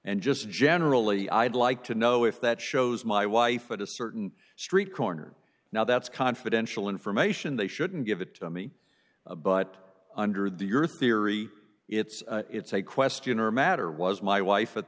and just generally i'd like to know if that shows my wife at a certain street corner now that's confidential information they shouldn't give it to me but under the your theory it's it's a question or a matter was my wife at